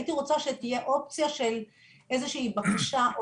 הייתי רוצה שתהיה אופציה של איזושהי בקשה,